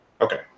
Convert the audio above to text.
Okay